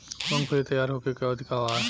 मूँगफली तैयार होखे के अवधि का वा?